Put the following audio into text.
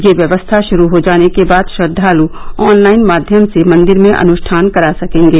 यह व्यवस्था शुरू हो जाने के बाद श्रद्वाल ऑनलाइन माध्यम से मंदिर में अनुष्ठान करा सकेंगे